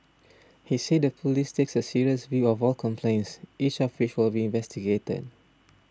he said the police take a serious view of all complaints each of which will be investigated